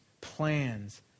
plans